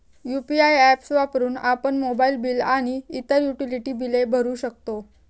UPI apps वापरून आपण mobile bill आणि इतर युटिलिटी बिले भरू शकतो